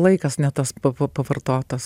laikas ne tas pa pavartotas